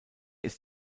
ist